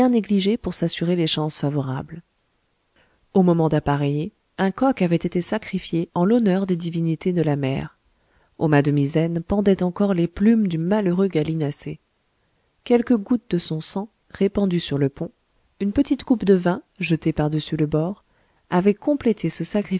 négligé pour s'assurer les chances favorables au moment d'appareiller un coq avait été sacrifié en l'honneur des divinités de la mer au mât de misaine pendaient encore les plumes du malheureux gallinacé quelques gouttes de son sang répandues sur le pont une petite coupe de vin jetée pardessus le bord avaient complété ce